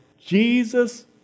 Jesus